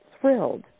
thrilled